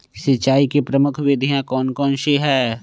सिंचाई की प्रमुख विधियां कौन कौन सी है?